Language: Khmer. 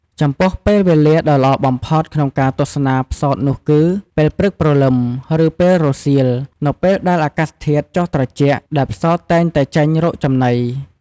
ចំពោះពេលវេលាដ៏ល្អបំផុតក្នុងការទស្សនាផ្សោតនោះគឺ ពេលព្រឹកព្រលឹម ឬពេលរសៀល នៅពេលដែលអាកាសធាតុចុះត្រជាក់ ដែលផ្សោតតែងតែចេញរកចំណី ។